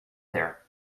there